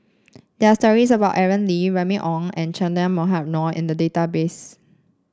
there are stories about Aaron Lee Remy Ong and Che Dah Mohamed Noor in the database